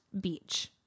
beach